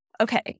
okay